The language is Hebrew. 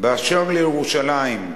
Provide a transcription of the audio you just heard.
באשר לירושלים,